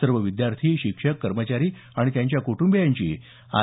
सर्व विद्यार्थी शिक्षक कर्मचारी आणि त्यांच्या कुटुंबीयांची आर